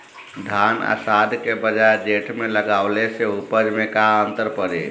धान आषाढ़ के बजाय जेठ में लगावले से उपज में का अन्तर पड़ी?